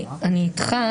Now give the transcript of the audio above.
אני איתך,